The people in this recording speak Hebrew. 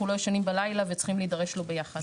לא ישנים בלילה וצריכים להידרש לו ביחד.